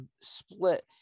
split